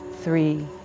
three